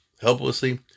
helplessly